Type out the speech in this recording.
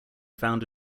found